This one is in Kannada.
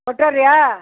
ಕೊಟ್ಟೋರಿಯಾ